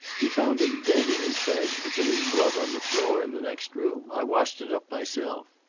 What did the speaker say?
he found him dead in his bed, but there was blood on the floor in the next room. i washed it up myself.